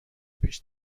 پیش